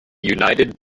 united